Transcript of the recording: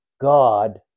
God